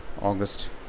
August